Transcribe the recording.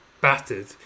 battered